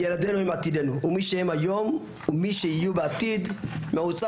ילדינו הם עתידנו ומי שיהיו בעתיד מעוצב